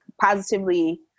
positively